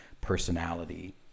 personality